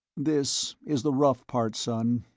this is the rough part, son.